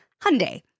Hyundai